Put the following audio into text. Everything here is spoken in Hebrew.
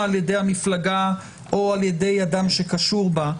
על-ידי המפלגה או על-ידי אדם שקשור בה,